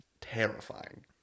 terrifying